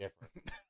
different